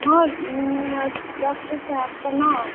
हँ डॉक्टर साहब प्रणाम